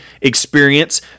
experience